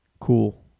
Cool